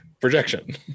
projection